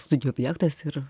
studijų objektas ir